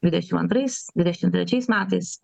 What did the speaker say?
dvidešimt antrais dvidešimt trečiais metais